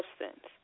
substance